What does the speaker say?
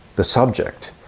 the subject,